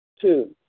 Two